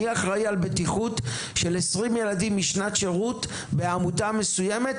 מי אחראי על בטיחות של עשרים ילדים משנת שירות בעמותה מסוימת,